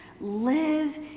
live